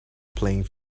playing